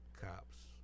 cops